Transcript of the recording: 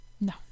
no